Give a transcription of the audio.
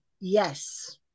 Yes